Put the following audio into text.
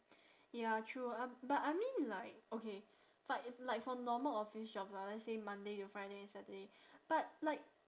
ya true uh but I mean like okay but if like for normal office jobs lah let's say monday to friday saturday but like